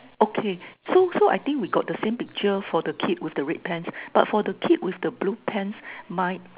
okay so so I think we got the same picture for the kid with the red pants but for the kid with the blue pants might